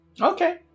Okay